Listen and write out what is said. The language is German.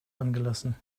angelassen